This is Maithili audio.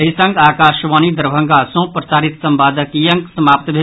एहि संग आकाशवाणी दरभंगा सँ प्रसारित संवादक ई अंक समाप्त भेल